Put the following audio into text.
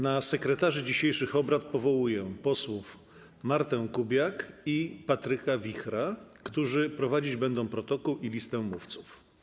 Na sekretarzy dzisiejszych obrad powołuję posłów Martę Kubiak i Patryka Wichra, którzy prowadzić będą protokół i listę mówców.